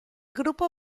grupo